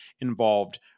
involved